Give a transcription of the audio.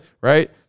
Right